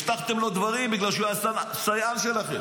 הבטחתם לו דברים, בגלל שהוא היה סייען שלכם.